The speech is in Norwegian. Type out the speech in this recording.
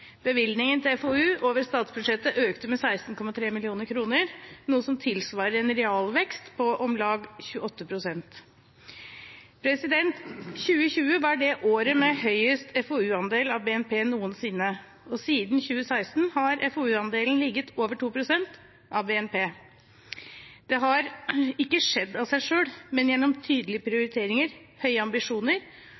Bevilgningen til FoU over statsbudsjettet økte med 16,3 mrd. kr, noe som tilsvarer en realvekst på om lag 28 pst. 2020 var året med høyest FoU-andel av BNP noensinne, og siden 2016 har FoU-andelen ligget over 2 pst. av BNP. Det har ikke skjedd av seg selv, men gjennom tydelige